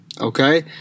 Okay